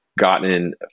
gotten